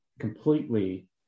completely